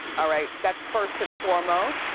ah right, that's first and foremost.